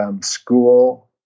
school